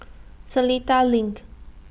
Seletar LINK